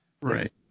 Right